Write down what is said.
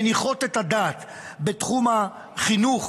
מניחות את הדעת בתחום החינוך,